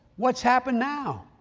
what's happened now.